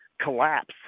collapse